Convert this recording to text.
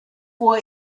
vor